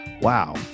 wow